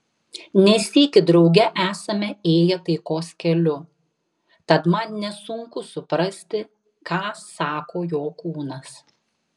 ne sykį drauge esame ėję taikos keliu tad man nesunku suprasti ką sako jo kūnas